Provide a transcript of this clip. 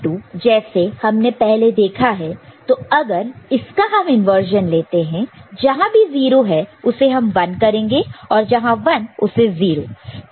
22 जैसे हमने पहले देखा है तो अगर इसका हम इंवर्जन लेते हैं जहां भी 0 है उसे हम 1 करेंगे और जहां 1 उसे 0